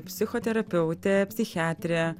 psichoterapeutė psichiatrė